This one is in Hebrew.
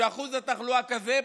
כשאחוז התחלואה כזה,